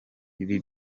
ibi